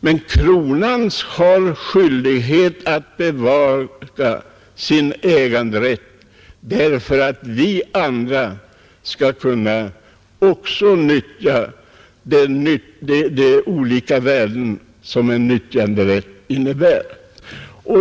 Men Kronan har skyldighet att bevaka sin äganderätt för att vi andra också skall kunna få tillgång till de olika värden som nyttjanderätt innebär.